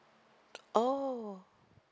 oh